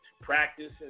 practice